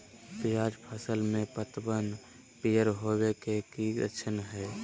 प्याज फसल में पतबन पियर होवे के की लक्षण हय?